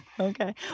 Okay